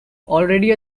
already